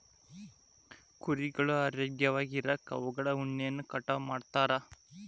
ಕುರಿಗಳು ಆರೋಗ್ಯವಾಗಿ ಇರಾಕ ಅವುಗಳ ಉಣ್ಣೆಯನ್ನ ಕಟಾವ್ ಮಾಡ್ತಿರ್ತಾರ